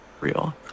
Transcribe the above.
Real